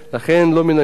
לכן לא מן הנמנע,